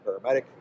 paramedic